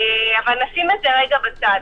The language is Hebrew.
אבל נשים את זה רגע בצד.